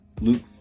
Luke